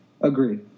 Agreed